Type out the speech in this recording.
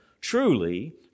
Truly